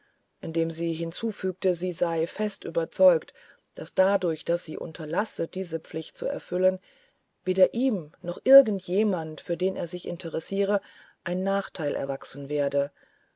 indem sie hinzufügte sie sei fest überzeugt daßdadurch daßsieunterlassen diesepflichtzuerfüllen wederihmnoch irgend jemand für den er sich interessiere ein nachteil erwachsen werde